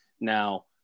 Now